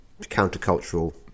countercultural